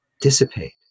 dissipate